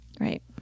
Right